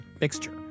mixture